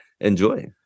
Enjoy